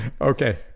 Okay